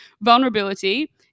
vulnerability